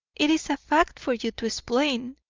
it is a fact for you to explain.